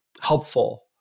helpful